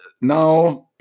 now –